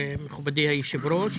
מכובדי היושב-ראש.